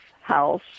house